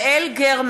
נוכח יעל גרמן,